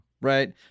Right